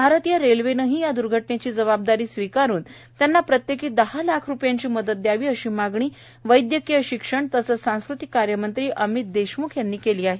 भारतीय रेल्वेनेही या दुर्घटनेची जबाबदारी स्वीकारुन त्यांना प्रत्येकी दहा लाख रुपयांची मदत द्यावी अशी मागणी वैद्यकीय शिक्षण तसंच सांस्कृतिक कार्य मंत्री अमित देशम्ख यांनी केली आहे